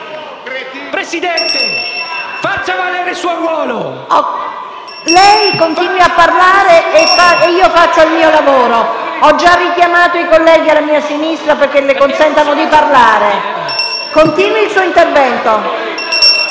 strumentalizzare! PRESIDENTE. Lei continui a parlare e io faccio il mio lavoro. Ho già richiamato i colleghi alla mia sinistra perché le consentano di parlare. Continui il suo intervento.